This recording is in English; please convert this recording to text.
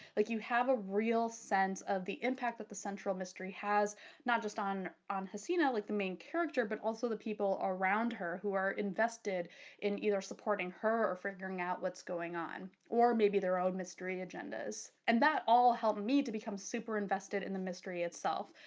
like you have a real sense of the impact that the central mystery has not just on on hesina, like the main character, but also the people around her who are invested in either supporting her or figuring out what's going on or maybe their own mystery agendas. and that all helped me to become super invested in the mystery itself.